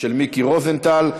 של מיקי רוזנטל.